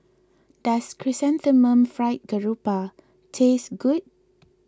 does Chrysanthemum Fried Grouper tastes good